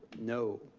no.